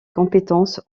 compétences